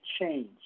change